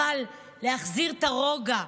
אבל להחזיר את הרוגע,